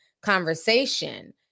conversation